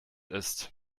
ist